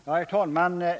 Herr talman!